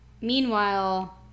Meanwhile